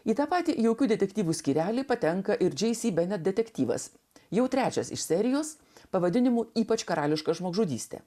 į tą patį jaukių detektyvų skyrelį patenka ir džei sy benet detektyvas jau trečias iš serijos pavadinimu ypač karališka žmogžudystė